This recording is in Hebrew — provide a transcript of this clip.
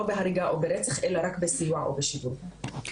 בהריגה או ברצח אלא רק בסיוע או בשידול.